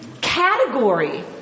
category